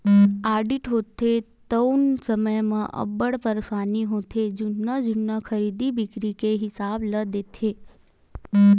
audit होथे तउन समे म अब्बड़ परसानी होथे जुन्ना जुन्ना खरीदी बिक्री के हिसाब ल देखथे